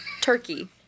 Turkey